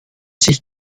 sich